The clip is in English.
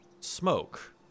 smoke